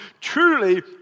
Truly